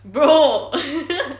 bro